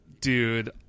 Dude